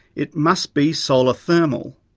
it must be solar thermal.